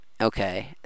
Okay